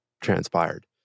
transpired